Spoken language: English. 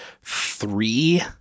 three